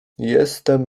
jestem